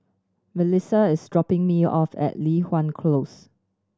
Milissa is dropping me off at Li Hwan Close